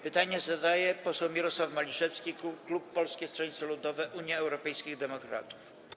Pytanie zadaje poseł Mirosław Maliszewski, klub Polskiego Stronnictwa Ludowego - Unii Europejskich Demokratów.